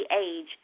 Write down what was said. age